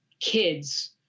kids